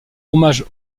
hommage